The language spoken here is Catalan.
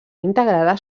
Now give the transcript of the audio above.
integrada